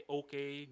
okay